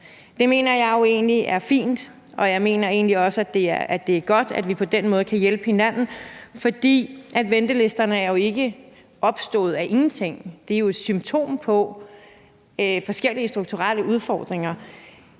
Det mener jeg jo egentlig er fint, og jeg mener egentlig også, at det er godt, at vi på den måde kan hjælpe hinanden, for ventelisterne er jo ikke opstået af ingenting; de er jo et symptom på forskellige strukturelle udfordringer.